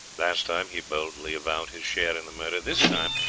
last time he boldly avowed his share in the murder this time,